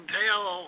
tell